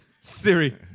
Siri